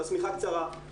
והשמיכה קצרה.